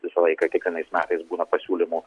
visą laiką kiekvienais metais būna pasiūlymų